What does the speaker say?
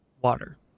water